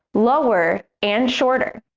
lower and shorter.